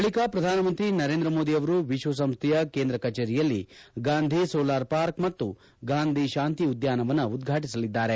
ಬಳಿಕ ಶ್ರಧಾನಮಂತ್ರಿ ನರೇಂದ್ರ ಮೋದಿ ಅವರು ವಿಶ್ವಸಂಸ್ಥೆಯ ಕೇಂದ್ರ ಕಚೇರಿಯಲ್ಲಿ ಗಾಂಧಿ ಸೋಲಾರ್ ಪಾರ್ಕ್ ಮತ್ತು ಗಾಂಧಿ ಶಾಂತಿ ಉದ್ಯಾನವನ ಉದ್ವಾಟಿಸಲಿದ್ದಾರೆ